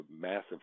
massive